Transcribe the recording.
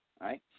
right